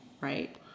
right